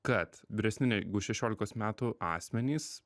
kad vyresnių negu šešiolikos metų asmenys